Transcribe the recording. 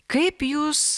kaip jūs